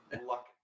Luck